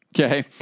Okay